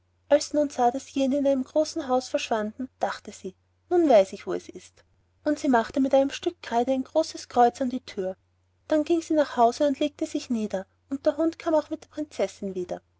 nun sah daß jene in einem großen hause verschwanden dachte sie nun weiß ich wo es ist und machte mit einem stück kreide ein großes kreuz an die thür dann ging sie nach hause und legte sich nieder und der hund kam auch mit der prinzessin wieder